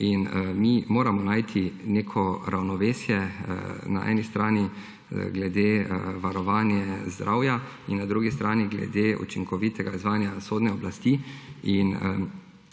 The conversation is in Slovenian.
in mi moramo najti neko ravnovesje na eni strani glede varovanja zdravja in na drugi strani glede učinkovitega izvajanja sodne oblasti.